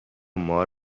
مار